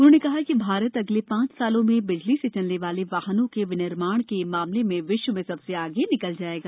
उन्होंने कहा कि भारत अगले ांच वर्ष में बिजली से चलने वाले वाहनों के विनिर्माण के मामले में विश्व में सबसे आगे निकल जाएगा